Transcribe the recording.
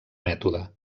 mètode